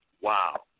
Wow